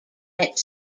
its